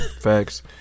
Facts